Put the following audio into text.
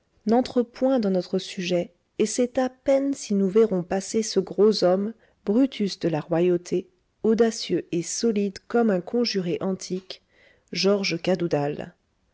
n'entrent point dans notre sujet et c'est à peine si nous verrons passer ce gros homme bru tus de la royauté audacieux et solide comme un conjuré antique georges cadoudal